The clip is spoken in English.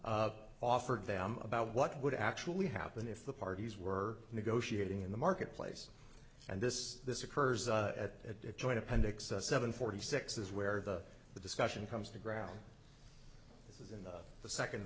offered them about what would actually happen if the parties were negotiating in the marketplace and this this occurs at a joint appendix a seven forty six is where the the discussion comes to ground this is in the second